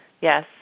yes